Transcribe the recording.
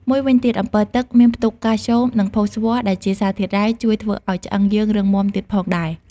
មួយវិញទៀតអម្ពិលទឹកមានផ្ទុកកាល់ស្យូម និងផូស្វ័រដែលជាសារធាតុរ៉ែជួយធ្វើឱ្យឆ្អឹងយើងរឹងមុំាទៀតផងដែរ។